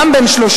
גם הוא בן 30,